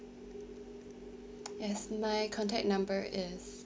yes my contact number is